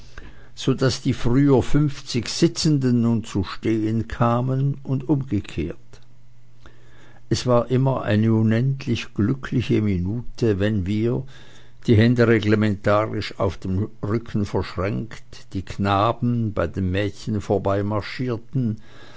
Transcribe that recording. so daß die früher funfzig sitzenden nun zu stehen kamen und umgekehrt es war immer eine unendlich glückliche minute wenn wir die hände reglementarisch auf dem rücken verschränkt die knaben bei den mädchen